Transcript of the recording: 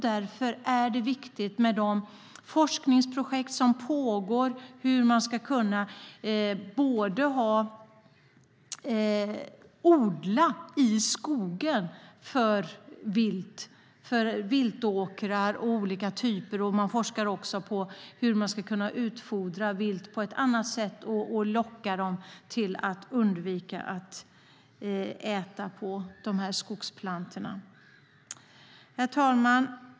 Därför är det viktigt med de forskningsprojekt som pågår om hur man ska kunna odla i skogen för vilt och om viltåkrar. Man forskar också på hur man ska kunna utfodra vilt på annat sätt och locka bort dem från att äta på skogsplantorna. Herr talman!